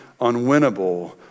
unwinnable